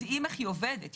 יודעים איך היא עובדת.